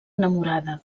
enamorada